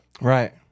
right